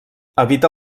habita